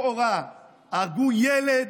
לכאורה הרגו ילד,